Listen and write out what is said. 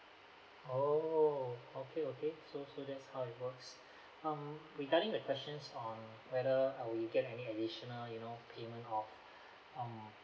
oh okay okay so so that's how it works um regarding the questions on whether uh we get any additional you know payment or um